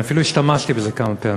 אפילו השתמשתי בזה כמה פעמים.